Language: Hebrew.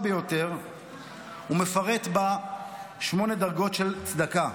ביותר ומפרט בה שמונה דרגות של צדקה,